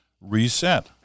reset